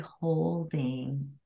holding